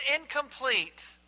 incomplete